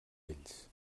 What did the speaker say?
ells